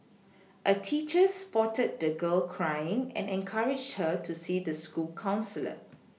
a teacher spotted the girl crying and encouraged her to see the school counsellor